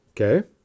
Okay